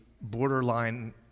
borderline